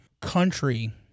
country